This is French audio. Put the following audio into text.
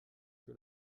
que